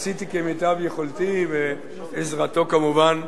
עשיתי כמיטב יכולתי, בעזרתו, כמובן,